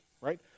right